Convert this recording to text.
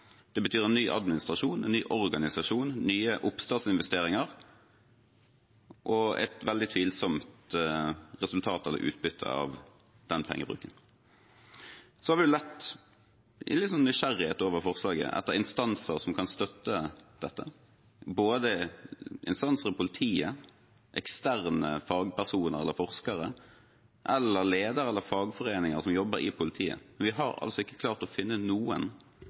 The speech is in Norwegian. Det betyr en ny administrasjon, en ny organisasjon, nye oppstartsinvesteringer og et veldig tvilsomt utbytte av den pengebruken. I litt sånn nysgjerrighet over forslaget har vi lett etter instanser som kan støtte dette, enten instanser i politiet, eksterne fagpersoner eller forskere eller ledere eller fagforeninger som jobber i politiet, men vi har altså ikke klart å finne noen